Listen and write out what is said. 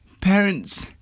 parents